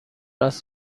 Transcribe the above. است